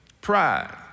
pride